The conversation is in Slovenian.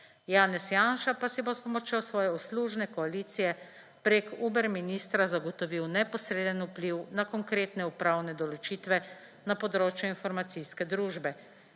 Janez Janša pa si bo s pomočjo svoje uslužne koalicije preko Uber ministra zagotovil neposreden vpliv na konkretne upravne določitve na področju informacijske družbe.